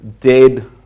dead